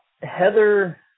Heather